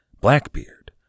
Blackbeard